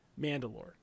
Mandalore